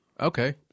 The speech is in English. okay